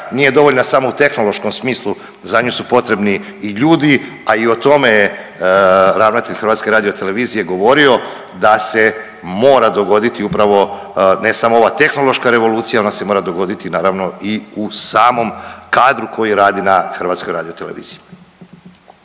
nije dovoljna samo u tehnološkom smislu, za nju su potrebni i ljudi, a i o tome je ravnatelj HRT-a govorio da se mora dogoditi upravo ne samo ova tehnološka revolucija, ona se mora dogoditi i u samom kadru koji radi na HRT-u. **Sanader, Ante